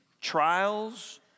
trials